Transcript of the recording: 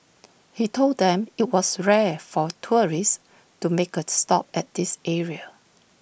he told them IT was rare for tourists to make A stop at this area